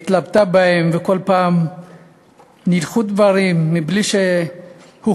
התלבטה בהם וכל פעם נדחו דברים בלי שהוכרעו,